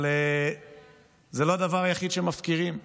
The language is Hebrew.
אבל זה לא הדבר היחיד שמפקירים,